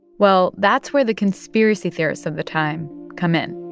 well, that's where the conspiracy theorists of the time come in.